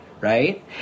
right